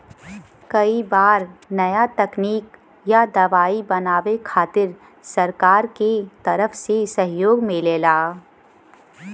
कई बार नया तकनीक या दवाई बनावे खातिर सरकार के तरफ से सहयोग मिलला